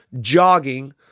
jogging